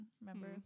remember